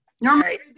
normally